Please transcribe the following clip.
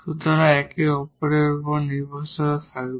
সুতরাং একে অপরের উপর নির্ভরতা থাকবে